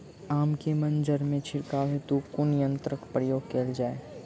आम केँ मंजर मे छिड़काव हेतु कुन यंत्रक प्रयोग कैल जाय?